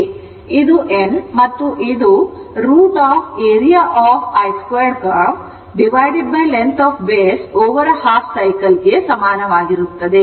ಇದು n ಮತ್ತು ಇದು √ area of i 2 curvelength of base over a half cycle ಗೆ ಸಮಾನವಾಗಿರುತ್ತದೆ